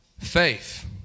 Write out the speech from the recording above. faith